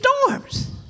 storms